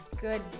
Good